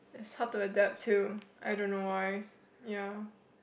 is hard to adapt too I dont know why